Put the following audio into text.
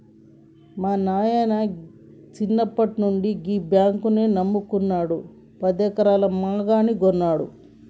మా నాయిన సిన్నప్పట్నుండి గీ బాంకునే నమ్ముకున్నడు, పదెకరాల మాగాని గొన్నడు